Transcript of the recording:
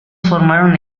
formaron